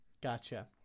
gotcha